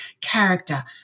character